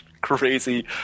crazy